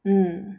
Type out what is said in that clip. mm